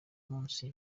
munsi